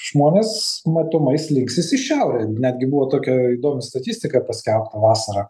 žmonės matomai slinksis į šiaurę netgi buvo tokia įdomi statistika paskelbta vasarą